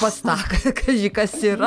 o pas tą k k kaži kas yra